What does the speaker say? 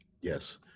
Yes